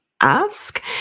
ask